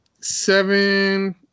Seven